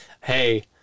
hey